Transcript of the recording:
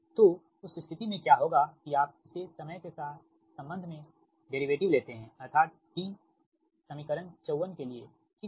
तो उस स्थिति में क्या होगा कि आप इसे समय के संबंध में डेरीवेटिव लेते है अथार्त d समीकरण 54 के लिए ठीक है